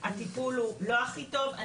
הטיפול הוא לא הכי טוב.